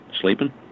sleeping